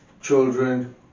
children